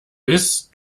bis